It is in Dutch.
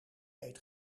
eet